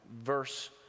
verse